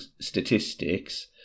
statistics